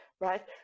right